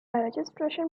registration